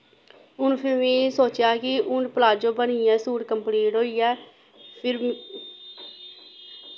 हून फ्ही में सोचेआ कि हून पलाजो बनिया सूट कंपलीट होईया ऐ फिर